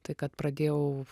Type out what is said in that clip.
tai kad pradėjau